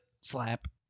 slap